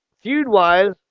feud-wise